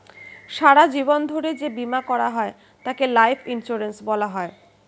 সারা জীবন ধরে যে বীমা করা হয় তাকে লাইফ ইন্স্যুরেন্স বলা হয়